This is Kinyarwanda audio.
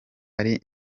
ari